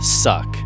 suck